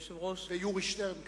ויורי שטרן כמובן.